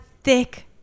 thick